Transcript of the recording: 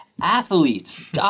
Athletes